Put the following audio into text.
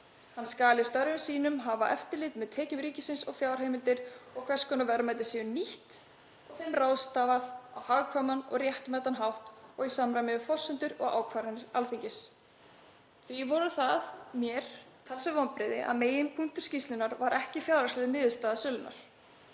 Hann skal í störfum sínum hafa eftirlit með tekjum ríkisins og að fjárheimildir og hvers konar verðmæti séu nýtt og þeim ráðstafað á hagkvæman og réttmætan hátt og í samræmi við forsendur og ákvarðanir Alþingis.“ Því voru það mér talsverð vonbrigði að meginpunktur skýrslunnar var ekki fjárhagsleg niðurstaða sölunnar.